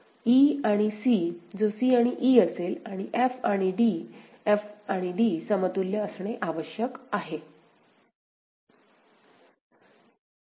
e आणि c जो c आणि e असेल आणि f आणि d f आणि d समतुल्य असणे आवश्यक आहे